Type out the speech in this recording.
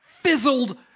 fizzled